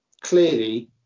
clearly